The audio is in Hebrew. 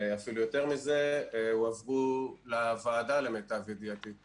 ואפילו יותר מזה, למיטב ידיעתי הועברו לוועדה.